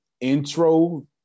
intro